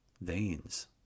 veins